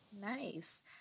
Nice